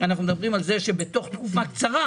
אנחנו מדברים על זה שבתוך תקופה קצרה